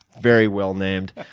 very well-named.